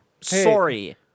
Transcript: Sorry